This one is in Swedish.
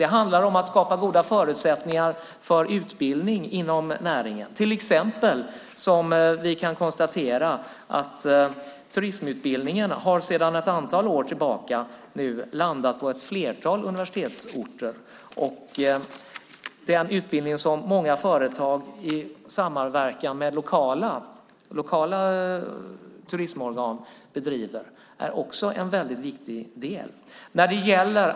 Det handlar om att skapa goda förutsättningar för utbildningen inom näringen. Vi kan till exempel konstatera att turistutbildningen sedan ett antal år tillbaka har landat på ett flertal universitetsorter. Den utbildning som många företag bedriver i samverkan med lokala turistorgan är också en mycket viktig del.